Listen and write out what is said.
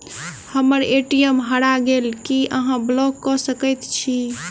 हम्मर ए.टी.एम हरा गेल की अहाँ ब्लॉक कऽ सकैत छी?